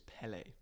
pele